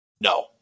No